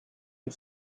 you